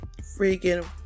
freaking